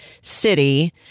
city